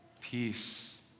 Peace